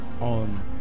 on